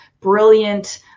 brilliant